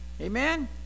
Amen